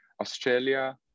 Australia